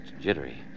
jittery